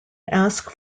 ask